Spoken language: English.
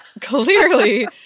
clearly